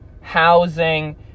housing